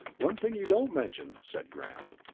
one thing you don't mention, said graham.